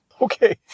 Okay